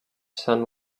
sun